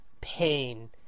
pain